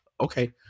okay